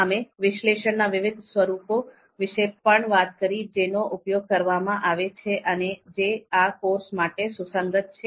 અમે વિશ્લેષણ ના વિવિધ સ્વરૂપો વિશે પણ વાત કરી જેનો ઉપયોગ કરવામાં આવે છે અને જે આ કોર્સ માટે સુસંગત છે